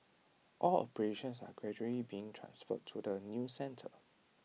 all operations are gradually being transferred to the new centre